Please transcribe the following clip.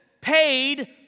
paid